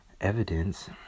evidence